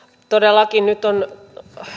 todellakin nyt on